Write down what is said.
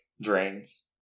drains